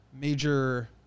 major